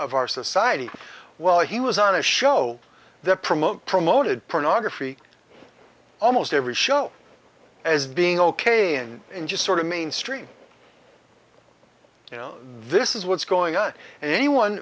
of our society while he was on a show that promote promoted pornography almost every show as being ok and in just sort of mainstream you know this is what's going on and anyone